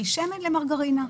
משמן למרגרינה.